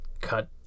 cut